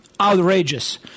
outrageous